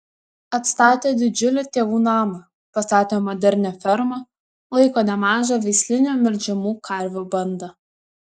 atstatė didžiulį tėvų namą pastatė modernią fermą laiko nemažą veislinių melžiamų karvių bandą